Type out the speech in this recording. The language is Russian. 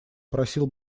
просил